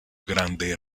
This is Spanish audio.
grande